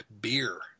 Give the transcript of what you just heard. beer